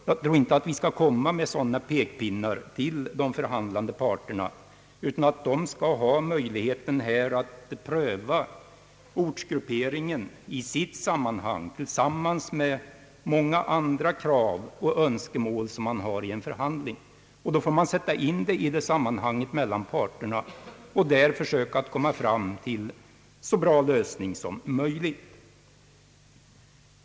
Jag tror inte att vi skall komma med sådana pekpinnar till de förhandlande parterna, utan de skall ha möjlighet att pröva ortsgrupperingen i dess sammanhang tillsammans med många andra krav på önskemål som man har i en förhandling. Då får man sätta in frågan i det sammanhanget mellan parterna och försöka komma fram till en så bra lösning som möjligt.